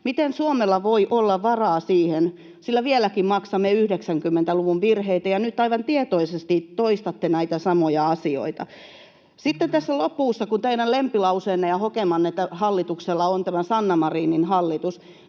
Miten Suomella voi olla varaa näihin? Vieläkin maksamme 90-luvun virheitä, ja nyt aivan tietoisesti toistatte näitä samoja asioita. Sitten tässä lopussa, kun teidän lempilauseenne ja hokemanne hallituksessa on Sanna Marinin hallitus,